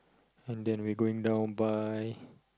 and then we going down by